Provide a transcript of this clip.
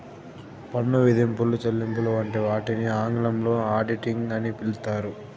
పన్ను విధింపులు, చెల్లింపులు వంటి వాటిని ఆంగ్లంలో ఆడిటింగ్ అని పిలుత్తారు